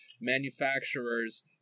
Manufacturers